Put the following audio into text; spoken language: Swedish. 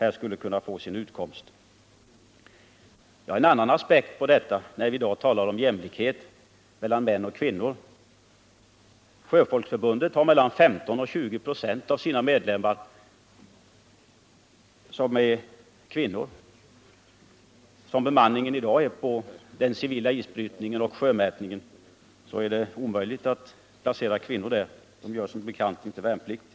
Det finns en annan aspekt på denna fråga. Vi talar i dag om jämlikhet mellan män och kvinnor. Mellan 15 och 2096 av Sjöfolksförbundets medlemmar är kvinnor. Som bemanningen i dag är ordnad inom isbrytningen och sjömätningen är det omöjligt att placera kvinnor där — de gör som bekant inte värnplikt och är heller inte önskvärda i det militära.